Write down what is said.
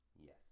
Yes